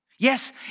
Yes